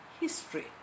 history